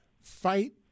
fight